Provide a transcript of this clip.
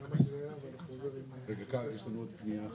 מוגדרים כקשישים, אנחנו מדברים על מקבצי דיור?